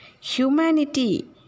Humanity